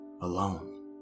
alone